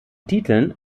titeln